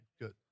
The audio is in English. good